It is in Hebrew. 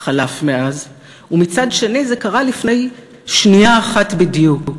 חלף מאז, ומצד שני, זה קרה לפני שנייה אחת בדיוק.